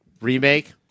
remake